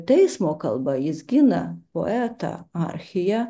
teismo kalba jis gina poetą archiją